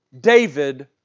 David